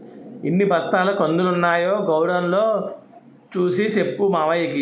ఎన్ని బస్తాల కందులున్నాయో గొడౌన్ లో సూసి సెప్పు మావయ్యకి